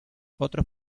otros